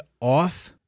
off